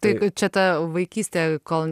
tai čia ta vaikystė kol